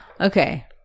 okay